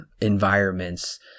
environments